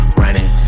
running